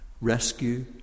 Rescue